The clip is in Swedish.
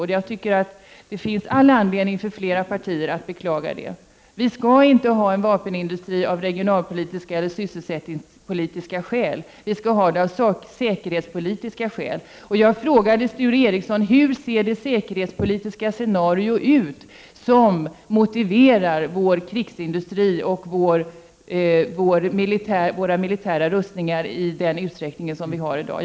Jag tycker det finns all anledning för fler partier att beklaga det. Vi skall inte ha en vapenindustri av regionalpolitiska eller sysselsättningspolitiska skäl, utan av säkerhetspolitiska skäl. Jag frågade Sture Ericsson: Hur ser det säkerhetspolitiska scenario ut som motiverar vår krigsindustri och våra militära rustningar i den utsträckning som vi har i dag?